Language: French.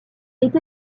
est